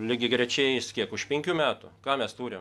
lygiagrečiai eis kiek už penkių metų ką mes turim